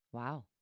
Wow